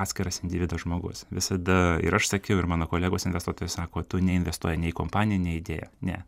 atskiras individas žmogus visada ir aš sakiau ir mano kolegos investuotojai sako tu neinvestuoji nei į kompaniją nei į įdėją ne